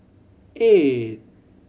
eight